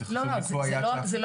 אבל אנחנו